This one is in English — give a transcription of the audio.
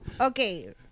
Okay